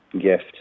gift